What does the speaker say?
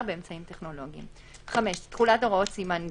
באמצעים טכנולוגיים 5.תחולת הוראות סימן ג'